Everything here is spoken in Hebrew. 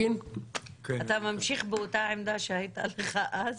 אתה ממשיך באותה עמדה שהייתה לך אז?